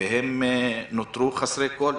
והם נותרו חסרי כל.